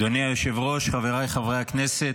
אדוני היושב-ראש, חבריי חברי הכנסת,